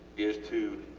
is to